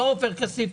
לא עופר כסיף.